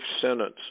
sentence